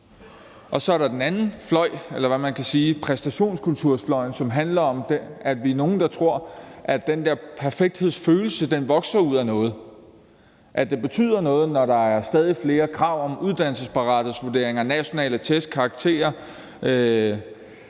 Og så er der den anden fløj, eller hvad man skal sige, nemlig præstationskulturfløjen, som handler om, at vi er nogle, der tror, at den der perfekthedsfølelse vokser ud af noget, og at det betyder noget, når der er stadig flere krav om uddannelsesparathedsvurdering, nationale test, karakterer,